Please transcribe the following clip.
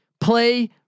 Play